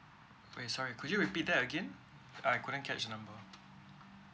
okay sorry could you repeat that again I couldn't catch the number